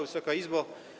Wysoka Izbo!